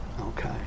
Okay